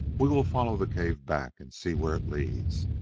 we will follow the cave back and see where it leads.